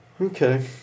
Okay